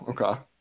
okay